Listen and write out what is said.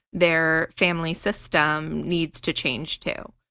their family system needs to change too.